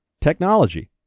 technology